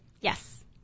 Yes